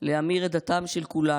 להמיר את הדת של כולנו.